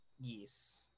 Yes